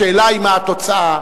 השאלה היא מה התוצאה,